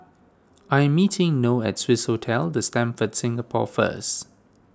I'm meeting Noe at Swissotel the Stamford Singapore first